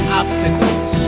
obstacles